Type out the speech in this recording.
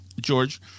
George